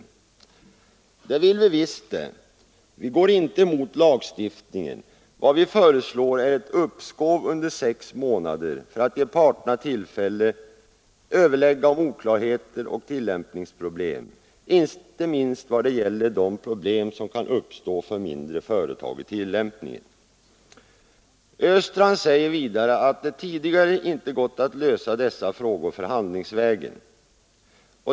Det vill vi visst det! Vi går inte mot lagstiftningen. Vad vi föreslår är ett uppskov under sex månader för att ge parterna tillfälle överlägga om oklarheter och tillämpningsproblem, inte minst vad det gäller de problem som kan uppstå för mindre företag i tillämpningen. Östrand säger vidare att det tidigare inte gått att lösa dessa frågor vid förhandlingar.